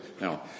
Now